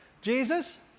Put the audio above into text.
Jesus